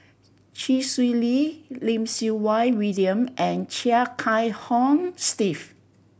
Chee Swee Lee Lim Siew Wai William and Chia Kiah Hong Steve